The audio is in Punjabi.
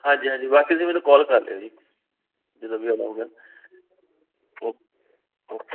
ਹਾਂਜੀ ਹਾਂਜੀ ਬਾਕੀ ਤੁਸੀਂ ਮੈਨੂੰ ਕੋਲ ਕਰ ਲਿਓ ਜੀ ਜਦੋਂ ਵੀ ਆਉਣਾ ਹੋਊਗਾ ਓਕੇ ਓਕੇ